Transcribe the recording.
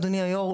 אדוני היו"ר,